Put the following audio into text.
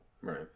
Right